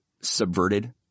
subverted